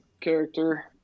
character